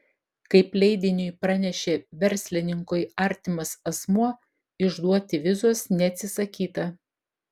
kaip leidiniui pranešė verslininkui artimas asmuo išduoti vizos neatsisakyta